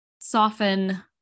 soften